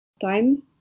time